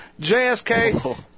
JSK